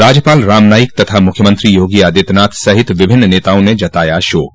राज्यपाल रामनाईक तथा मुख्यमंत्री योगी आदित्यनाथ सहित विभिन्न नेताओं ने जताया शोक